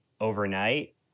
overnight